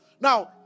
Now